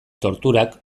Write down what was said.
torturak